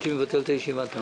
בבקשה.